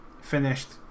Finished